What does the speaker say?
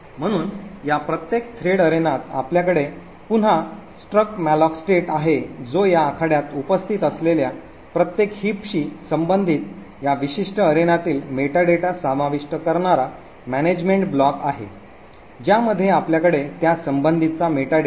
म्हणून या प्रत्येक थ्रेड अरेनात आपल्याकडे पुन्हा struck malloc state आहे जो या आखाड्यात उपस्थित असलेल्या प्रत्येक हिप शी संबंधित या विशिष्ट अरेनातील मेटा डेटा समाविष्ट करणारा मॅनेजमेंट ब्लॉक आहे ज्यामध्ये आपल्याकडे त्यासंबंधीचा मेटा डेटा आहे